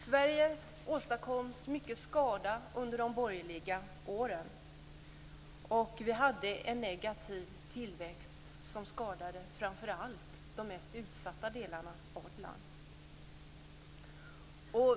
Sverige åsamkades mycket skada under de borgerliga åren. Vi hade en negativ tillväxt som skadade framför allt de mest utsatta delarna av vårt land.